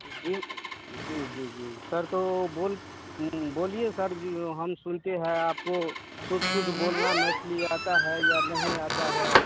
जी जी जी जी सर तो बोल बोलिए सर जी हम सुनते हैं आपको शुद्ध शुद्ध बोलना मैथिली आता है या नहीं आता है